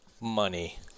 money